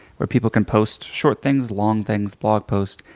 where people can post short things, long things, blog posts,